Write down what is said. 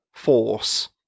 force